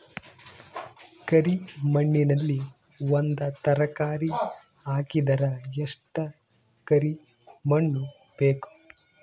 ಕರಿ ಮಣ್ಣಿನಲ್ಲಿ ಒಂದ ತರಕಾರಿ ಹಾಕಿದರ ಎಷ್ಟ ಕರಿ ಮಣ್ಣು ಬೇಕು?